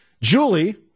Julie